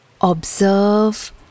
observe